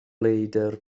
leidr